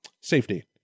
safety